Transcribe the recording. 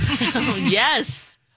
Yes